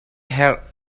herh